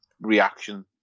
reaction